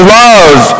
love